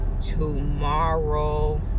tomorrow